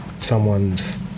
someone's